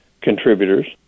contributors